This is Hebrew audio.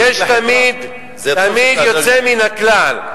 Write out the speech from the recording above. יש תמיד יוצא מן הכלל.